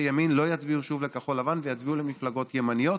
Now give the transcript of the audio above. אנשי ימין לא יצביעו שוב לכחול לבן ויצביעו למפלגות ימניות,